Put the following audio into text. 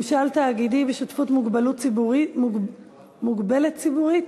(ממשל תאגידי בשותפות מוגבלת ציבורית),